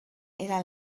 era